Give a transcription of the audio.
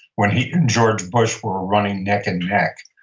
when he and george bush were running neck and neck.